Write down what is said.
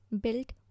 built